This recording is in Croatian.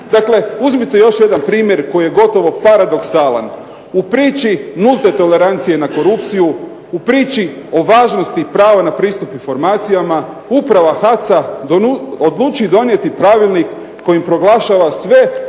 uzmite još jedan primjer koji je gotovo paradoksalan. U priči nulte tolerancije na korupciju, u priči o važnosti prava na pristup informacijama Uprava HAC-a odluči donijeti pravilnik kojim proglašava sve